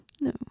No